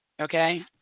okay